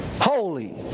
holy